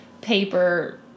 paper